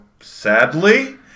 sadly